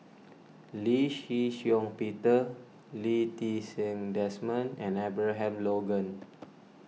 Lee Shih Shiong Peter Lee Ti Seng Desmond and Abraham Logan